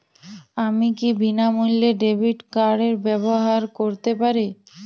আমি কি বিনামূল্যে ডেবিট কার্ড ব্যাবহার করতে পারি?